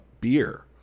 beer